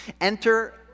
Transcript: Enter